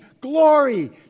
glory